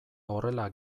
horrela